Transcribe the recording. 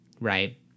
right